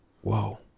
whoa